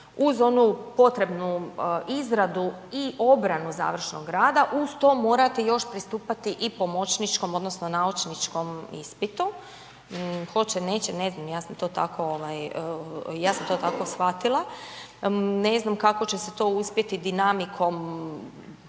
onu potrebnu izradu i obranu završnog rada uz to morati još pristupati i pomoćničkom odnosno naučničkom ispitu. Hoće, neće ne znam ja sam to tako shvatila, ne znam kako će se to uspjeti dinamikom